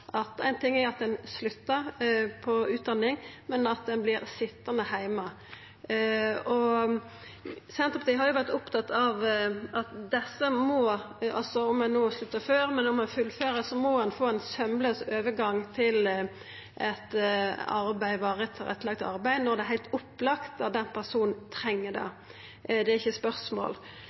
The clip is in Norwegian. at ein sluttar med utdanninga, men ein vert òg sitjande heime. Senterpartiet har vore opptatt av at om ein sluttar før, men òg om ein fullfører, må ein få ein saumlaus overgang til eit varig tilrettelagt arbeid når det er heilt opplagt at personen treng det. Det er ikkje eit spørsmål.